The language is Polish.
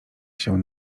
się